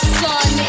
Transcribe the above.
sun